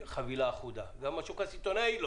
חבילה אחודה, גם לא השוק הסיטונאי.